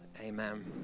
Amen